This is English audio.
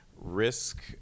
Risk